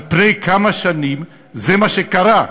על פני כמה שנים, זה מה שקרה.